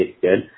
good